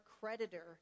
creditor